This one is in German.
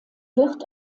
wird